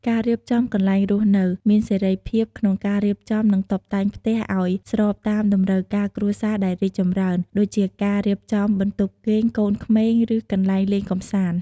ការរៀបចំកន្លែងរស់នៅ មានសេរីភាពក្នុងការរៀបចំ និងតុបតែងផ្ទះឲ្យស្របតាមតម្រូវការគ្រួសារដែលរីកចម្រើន ដូចជាការរៀបចំបន្ទប់គេងកូនក្មេង ឬកន្លែងលេងកម្សាន្ត។